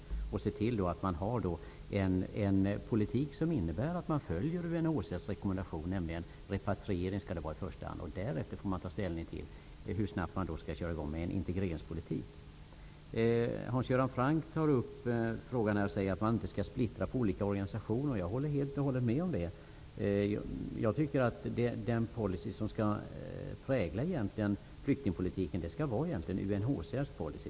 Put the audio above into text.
Vi bör se till att vi har en politik som innebär att vi följer UNHCR:s rekommendation, nämligen att det skall vara repatriering i första hand. Därefter får man ta ställning till hur snabbt man skall köra i gång med en integreringspolitik. Hans Göran Franck säger att detta inte skall splittras upp på flera organisationer. Jag håller helt och hållet med om det. Det skall vara UNHCR:s policy som präglar flyktingpolitiken.